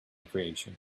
creation